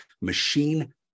machine